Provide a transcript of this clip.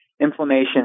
inflammation